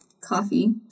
coffee